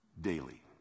daily